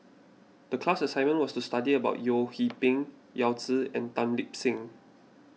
the class assignment was to study about Yeo Hwee Bin Yao Zi and Tan Lip Seng